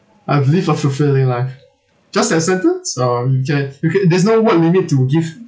I've lived a fulfilling life just that sentence or you can you can there's no word limit to give